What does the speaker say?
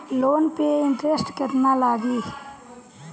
Loan पे interest केतना लागी?